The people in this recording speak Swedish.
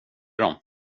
dem